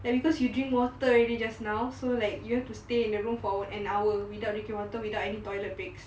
and because you drink water already just now so like you have to stay in the room for an hour without drink water without any toilet breaks